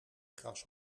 kras